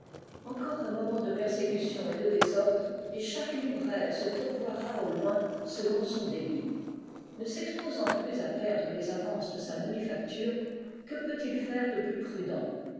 encore un moment de persécution et de désordre et chaque libraire se pourvoira au loin selon son débit ne s'exposant plus à perdre les avances de sa manufacture que peut-il faire de plus prudent